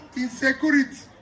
insecurity